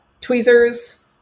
tweezers